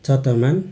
चतमान